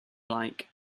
like